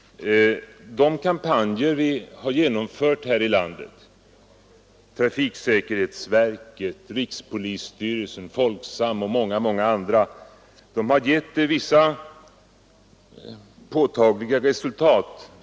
De kampanjer som har genomförts här i landet — av trafiksäkerhetsverket, rikspolisstyrelsen, Folksam och många andra — har givit vissa påtagliga resultat.